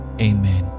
Amen